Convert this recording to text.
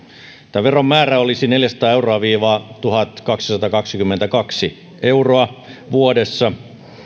tämä veron määrä olisi neljäsataa viiva tuhatkaksisataakaksikymmentäkaksi euroa